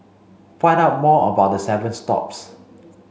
find out more about the seven stops